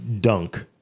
Dunk